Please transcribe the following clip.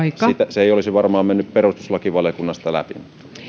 se ei olisi varmaan mennyt perustuslakivaliokunnasta läpi